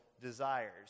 desires